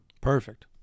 Perfect